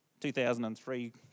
2003